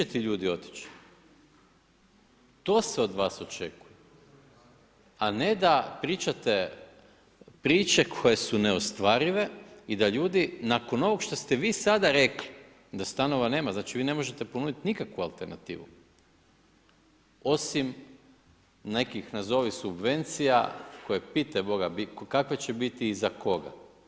To se od vas očekuje, a ne da pričate priče koje su neostvarive i da ljudi nakon ovog što ste vi sada rekli da stanova nema, znači vi ne možete ponuditi nikakvu alternativu osim nekih nazovi subvencija koje pitaj Boga kakve će biti i za koga.